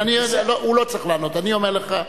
הוא לא צריך לענות, אני אומר לך,